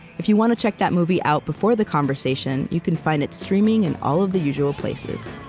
if you want to check that movie out before the conversation, you can find it streaming in all of the usual places